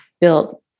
built